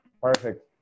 Perfect